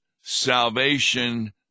salvation